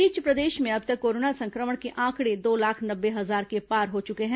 इस बीच प्रदेश में अब तक कोरोना संक्रमण के आंकड़े दो लाख नब्बे हजार के पार हो चुके हैं